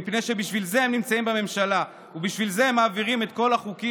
מפני שבשביל זה הם נמצאים בממשלה ובשביל זה הם מעבירים את כל החוקים.